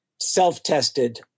Self-tested